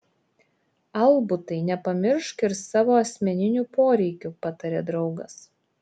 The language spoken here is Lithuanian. albutai nepamiršk ir savo asmeninių poreikių patarė draugas